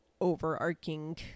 overarching